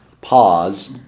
pause